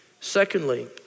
Secondly